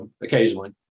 occasionally